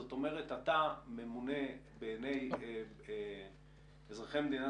זאת אומרת אתה ממונה בעיני אזרחי מדינה